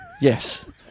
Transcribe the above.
Yes